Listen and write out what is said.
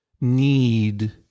need